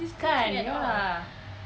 kan ya